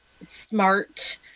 smart